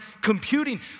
computing